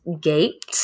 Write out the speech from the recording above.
Gate